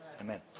Amen